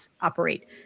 operate